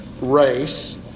race